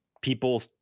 people